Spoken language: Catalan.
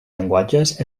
llenguatges